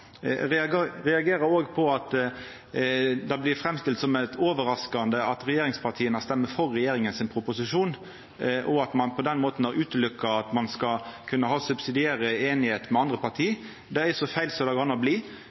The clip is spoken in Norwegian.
reagerer òg på at det blir framstilt som overraskande at regjeringspartia stemmer for regjeringa sin proposisjon, og at ein på den måten har stengt ute at ein skal kunna ha subsidiær einigheit med andre parti. Det er så feil som det går an å bli,